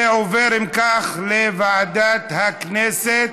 זה עובר, אם כך, לוועדת הכנסת